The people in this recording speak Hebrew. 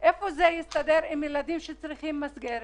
איפה זה מסתדר עם ילדים שצריכים מסגרת?